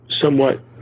somewhat